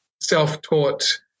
self-taught